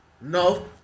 No